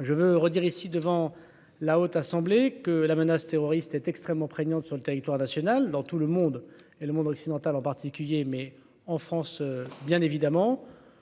Je veux redire ici devant la Haute Assemblée que la menace terroriste est extrêmement prégnante sur le territoire national dans tout le monde et le monde occidental, en particulier, mais en France, bien évidemment,